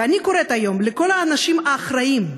ואני קוראת היום לכל האנשים האחראיים,